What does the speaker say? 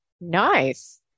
nice